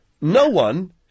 no-one